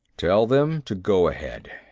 tell them to go ahead.